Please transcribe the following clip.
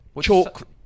chalk